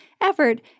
effort